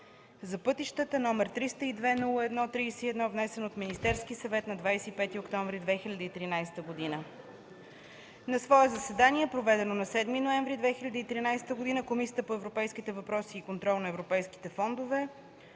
за пътищата, № 302-01-31, внесен от Министерския съвет на 25 октомври 2013 г. На свое заседание, проведено на 7 ноември 2013 г., Комисията по европейските въпроси и контрол на европейските фондове